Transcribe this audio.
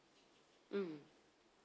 mm